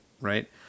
right